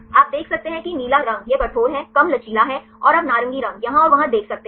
आप देख सकते हैं कि नीला रंग यह कठोर है कम लचीला है और आप नारंगी रंग यहाँ और वहाँ देख सकते हैं